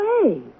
away